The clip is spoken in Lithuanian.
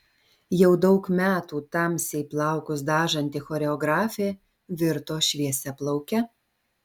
jau daug metų tamsiai plaukus dažanti choreografė virto šviesiaplauke